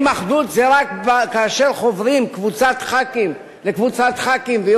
חבר הכנסת מג'אדלה, זה